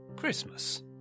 Christmas